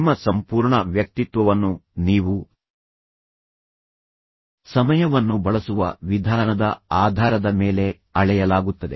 ನಿಮ್ಮ ಸಂಪೂರ್ಣ ವ್ಯಕ್ತಿತ್ವವನ್ನು ನೀವು ಸಮಯವನ್ನು ಬಳಸುವ ವಿಧಾನದ ಆಧಾರದ ಮೇಲೆ ಅಳೆಯಲಾಗುತ್ತದೆ